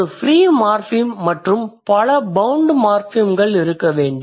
ஒரு free morpheme மற்றும் பல பௌண்ட் மார்ஃபிம்கள் இருக்க வேண்டும்